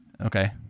Okay